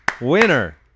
winner